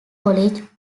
college